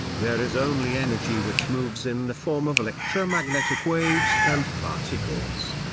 there is only energy which moves in the form of electromagnetic waves and particles.